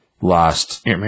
lost